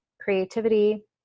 creativity